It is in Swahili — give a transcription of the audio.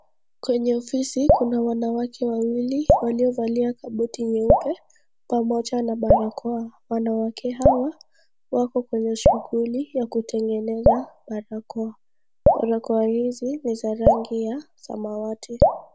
Kwenye ofisi kuna wanawake wawili waliovalia kabuti nyeupe pamoja na barakoa. Wanawake hawa wako kwenye shughuli ya kutengeneza barakoa. Barakoa hizi ni z arangi ya samawati.